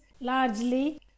largely